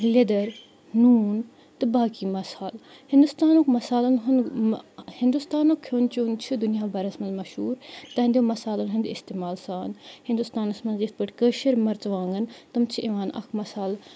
لیٚدٔر نوٗن تہٕ باقی مصال ہِندُستانُک مصالَن ہُنٛد ہُنٛدُستانُک کھیوٚن چیوٚن چھِ دُنیا برَس منٛز مشہوٗر تٔہنٛدیو مصالَن ہُنٛد استعمال سان ہُندُستانَس منٛز یِتھ پٲٹھۍ کٲشِرۍ مَرژٕوانٛگَن تِم چھِ اِوان اَکھ مصال